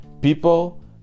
People